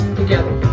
together